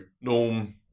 Norm